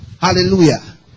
Hallelujah